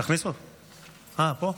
תודה רבה,